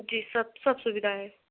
जी सब सब सुविधा हैं